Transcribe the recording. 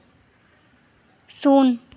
ᱥᱩᱱ